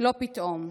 לא פתאום.